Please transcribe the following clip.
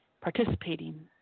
participating